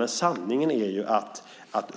Men sanningen är att